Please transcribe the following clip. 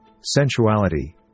sensuality